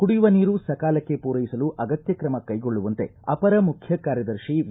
ಕುಡಿಯುವ ನೀರು ಸಕಾಲಕ್ಕೆ ಪೂರೈಸಲು ಅಗತ್ಯ ಕ್ರಮ ಕೈಗೊಳ್ಳುವಂತೆ ಅಪರ ಮುಖ್ಯ ಕಾರ್ಯದರ್ಶಿ ವಿ